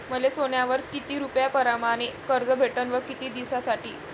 मले सोन्यावर किती रुपया परमाने कर्ज भेटन व किती दिसासाठी?